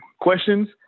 questions